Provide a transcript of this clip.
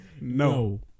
no